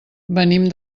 venim